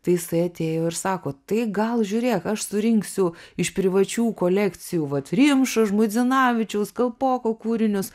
tai jisai atėjo ir sako tai gal žiūrėk aš surinksiu iš privačių kolekcijų vat rimšo žmuidzinavičiaus kalpoko kūrinius